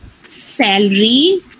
salary